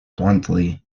bluntly